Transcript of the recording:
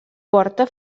porta